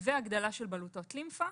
והגדלה של בלוטות לימפה.